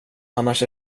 annars